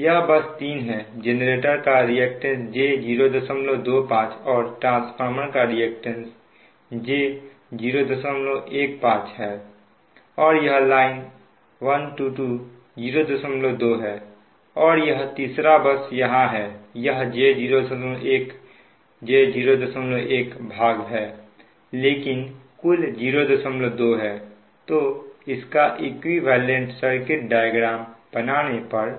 यह बस 3 है जेनरेटर का रिएक्टेंस j025 और ट्रांसफार्मर का रिएक्टेंस j015 और यह लाइन 1 2 02 है और यह तीसरा बस यहां है यह j01j01 भाग है लेकिन कुल 02 है तो इसका इक्विवेलेंट सर्किट डायग्राम बनाने पर